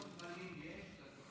לוחות זמנים יש?